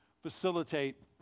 facilitate